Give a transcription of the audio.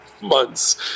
months